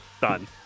Done